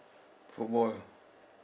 football ah